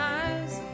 eyes